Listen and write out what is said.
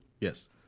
Yes